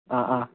ആ ആ